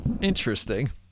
Interesting